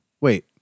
Wait